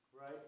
Right